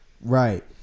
Right